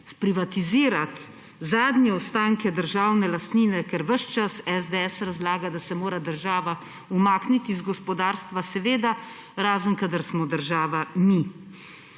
sprivatizirati zadnje ostanke državne lastnine, ker ves čas SDS razlaga, da se mora država umakniti iz gospodarstva, seveda, razen kadar smo država mi.